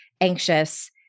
anxious